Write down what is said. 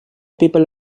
people